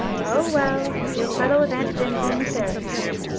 oh, well, if you'll settle with aunt jimsie and the sarah-cat,